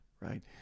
right